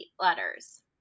letters